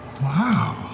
Wow